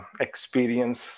experience